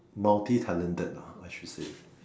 multi talented lah I should say